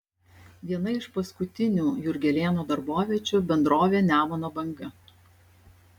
viena iš paskutinių jurgelėno darboviečių bendrovė nemuno banga